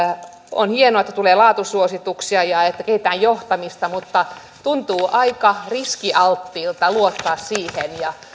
on hienoa että tulee laatusuosituksia ja kehitetään johtamista mutta tuntuu aika riskialttiilta luottaa siihen